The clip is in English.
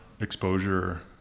exposure